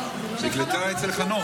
נקלטה אצל חנוך.